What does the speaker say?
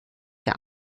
der